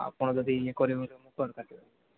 ଆପଣ ଯଦି ଇଏ କରିବେ ବୋଇଲେ ମୁଁ କୁଆଡ଼ୁୁ କାଟିବି